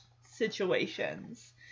situations